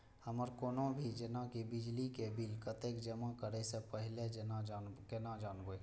हमर कोनो भी जेना की बिजली के बिल कतैक जमा करे से पहीले केना जानबै?